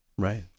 Right